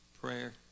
prayer